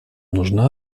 нужна